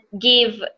give